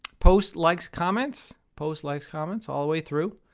posts, likes, comments. posts, likes, comments, all the way through.